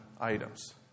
items